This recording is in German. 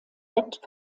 bett